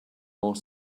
more